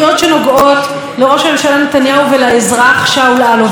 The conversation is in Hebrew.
אולי זאת הזדמנות טובה להאציל סמכות